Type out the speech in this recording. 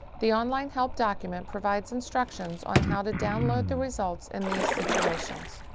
the online help document provides instructions on how to download the results in these situations.